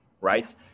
right